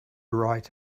write